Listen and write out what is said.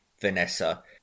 Vanessa